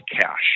cash